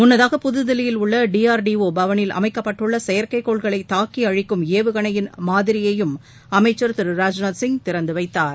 முன்னதாக புதுதில்லியில் உள்ள டிஅர்டிஒ பவனில் அமைக்கப்பட்டுள்ள செயற்கைக்கோள்களை தாக்கி அழிக்கும் ஏவுகணையின் மாதிரியையும் அமைச்சர் திரு ராஜ்நாத் சிங் திறந்து வைத்தார்